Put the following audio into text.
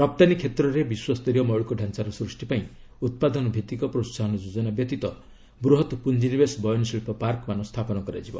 ରପ୍ତାନୀ କ୍ଷେତ୍ରରେ ବିଶ୍ୱସ୍ତରୀୟ ମୌଳିକଡାଞ୍ଚାର ସୃଷ୍ଟିପାଇଁ ଉତ୍ପାଦନ ଭିତ୍ତିକ ପ୍ରୋହାହନ ଯୋଜନା ବ୍ୟତୀତ ବୃହତ୍ ପୁଞ୍ଜିନିବେଶ ବୟନଶିଳ୍ପ ପାର୍କମାନ ସ୍ଥାପନ କରାଯିବ